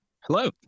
Hello